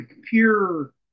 pure